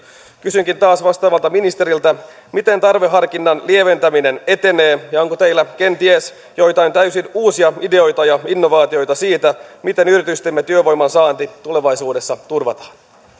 kysynkin taas vastaavalta ministeriltä miten tarveharkinnan lieventäminen etenee ja onko teillä kenties joitain täysin uusia ideoita ja innovaatioita siitä miten yritystemme työvoiman saanti tulevaisuudessa turvataan